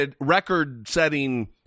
record-setting